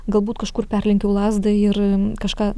galbūt kažkur perlenkiau lazdą ir kažką